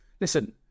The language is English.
Listen